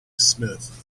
smith